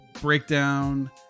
breakdown